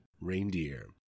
reindeer